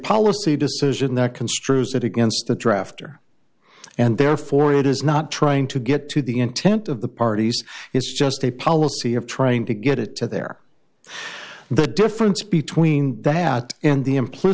policy decision that construes it against the draft or and therefore it is not trying to get to the intent of the parties it's just a policy of trying to get it to their the difference between that in the impl